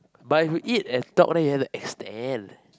but if we eat and talk then you have to extend